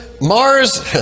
Mars